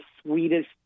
sweetest